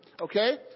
Okay